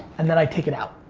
and then i take it out.